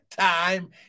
time